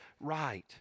right